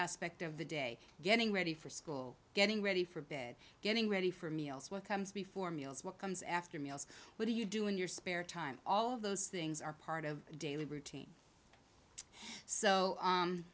aspect of the day getting ready for school getting ready for bed getting ready for meals what comes before meals what comes after meals what do you do in your spare time all of those things are part of daily routine so